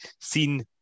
seen